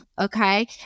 okay